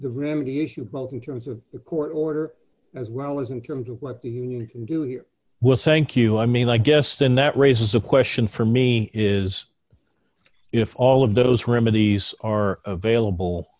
the remedy issue both in terms of a court order as well as in terms of what the union can do here well thank you i mean i guess then that raises a question for me is if all of those remedies are available